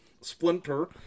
Splinter